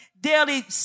daily